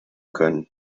können